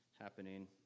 happening